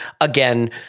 again